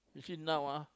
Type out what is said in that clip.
you see now ah